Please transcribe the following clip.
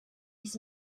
his